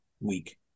week